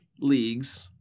leagues